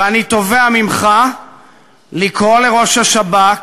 ואני תובע ממך לקרוא לראש השב"כ